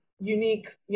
unique